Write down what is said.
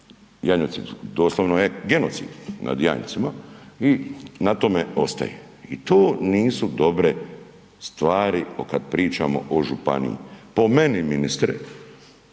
doslovno je genocid nad janjcima i na tome ostaje. I to nisu dobre stvari kad pričamo o županiji. Po meni, ministre,